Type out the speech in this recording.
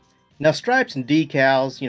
now stripes and decals,